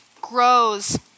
grows